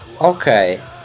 Okay